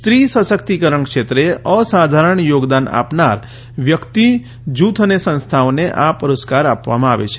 સ્ત્રી શક્તિકરણ ક્ષેત્રે અસાધારણ યોગદાન આપનાર વ્યક્તિ જૂથ અને સંસ્થાઓને આ પુરસ્કાર આપવામાં આવે છે